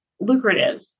lucrative